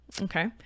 Okay